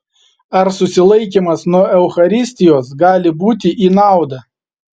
ar susilaikymas nuo eucharistijos gali būti į naudą